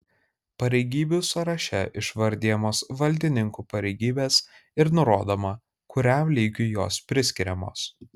pareigybių sąraše išvardijamos valdininkų pareigybės ir nurodoma kuriam lygiui jos priskiriamos